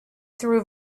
through